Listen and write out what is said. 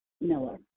Miller